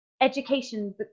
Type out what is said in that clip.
education